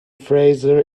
frazier